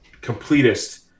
completest